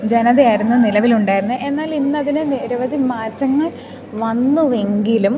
ജനതയായിരുന്നു നിലവിലുണ്ടാരുന്നത് എന്നാലിന്നതിന് നിരവധി മാറ്റങ്ങൾ വന്നുവെങ്കിലും